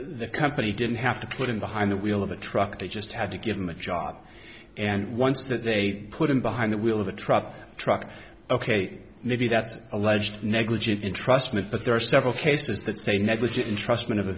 the company didn't have to put him behind the wheel of a truck they just had to give him a job and once that they put him behind the wheel of a truck truck ok maybe that's alleged negligent entrustment but there are several cases that say negligent entrustment of a